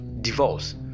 divorce